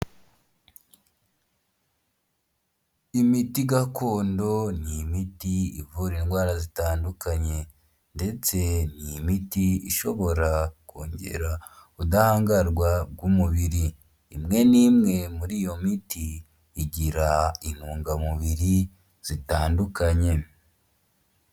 Imiti gakondo ni imiti ivura indwara zitandukanye, ndetse' imiti ishobora kongera ubudahangarwa bw'umubiri, imwe n'imwe muri iyo miti, igira intungamubiri zitandukanye.